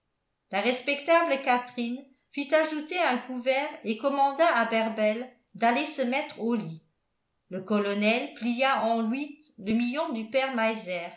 la respectable catherine fit ajouter un couvert et commanda à berbel d'aller se mettre au lit le colonel plia en huit le million du père